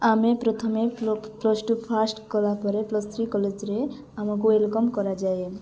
ଆମେ ପ୍ରଥମେ plus two first କଲା ପରେ ପ୍ଲସ୍ ଥ୍ରୀ କଲେଜରେ ଆମକୁ ୱେଲକମ୍ କରାଯାଏ